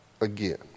again